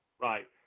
Right